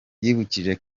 yibukije